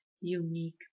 unique